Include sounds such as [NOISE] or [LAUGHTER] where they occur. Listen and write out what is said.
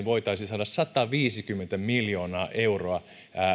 [UNINTELLIGIBLE] voitaisiin saada sataviisikymmentä miljoonaa euroa